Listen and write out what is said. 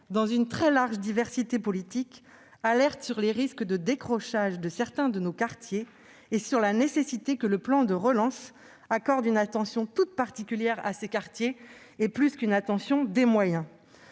dans une très large diversité politique, alertent sur les risques de décrochage de certains de nos quartiers et sur la nécessité que le plan de relance accorde une attention toute particulière à ces quartiers- et plus qu'une attention : des moyens.